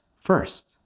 first